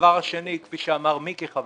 והדבר השני, כפי שאמר מיקי חברי,